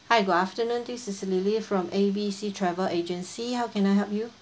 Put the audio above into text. hi good afternoon this is lily from A B C travel agency how can I help you